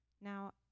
Now